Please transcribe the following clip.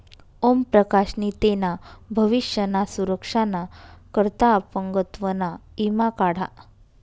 ओम प्रकाश नी तेना भविष्य ना सुरक्षा ना करता अपंगत्व ना ईमा काढा